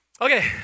okay